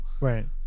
Right